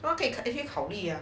可以考虑呀